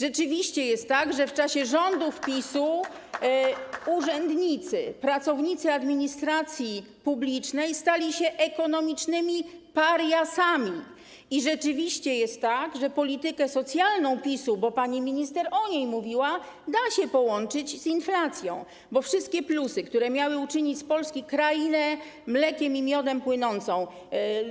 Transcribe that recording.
Rzeczywiście jest tak, że w czasie rządów PiS-u urzędnicy, pracownicy administracji publicznej stali się ekonomicznymi pariasami, i rzeczywiście jest tak, że politykę socjalną PiS-u, bo pani minister o niej mówiła, da się połączyć z inflacją, bo wszystkie plusy, które miały uczynić z Polski krainę mlekiem i miodem płynącą,